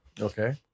Okay